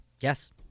Yes